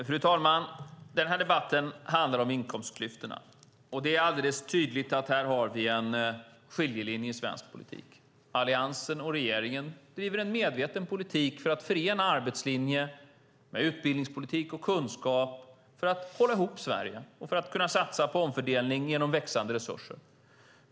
Fru talman! Den här debatten handlar om inkomstklyftorna. Det är alldeles tydligt att vi här har en skiljelinje i svensk politik. Alliansen och regeringen driver en medveten politik för att förena arbetslinje med utbildningspolitik och kunskap för att hålla ihop Sverige och för att kunna satsa på omfördelning genom växande resurser.